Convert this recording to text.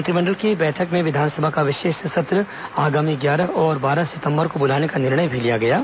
मंत्रिमंडल की बैठक में विधानसभा का विशेष सत्र आगामी ग्यारह और बारह सितंबर को बुलाने का निर्णय भी लिया गया है